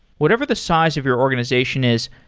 whatever the size of your organization is,